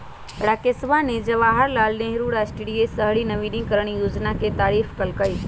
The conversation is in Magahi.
राकेशवा ने जवाहर लाल नेहरू राष्ट्रीय शहरी नवीकरण योजना के तारीफ कईलय